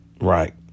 Right